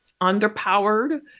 underpowered